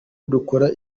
dukora